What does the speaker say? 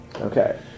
Okay